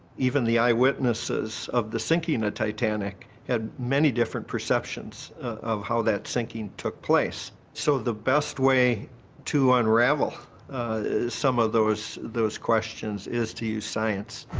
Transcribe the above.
even the eyewitnesses of the sinking in the titanic had many different perceptions of how that sinking took place. so the best way to unravel some of those those questions is to use science.